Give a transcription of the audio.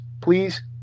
please